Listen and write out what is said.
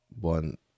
one